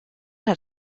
had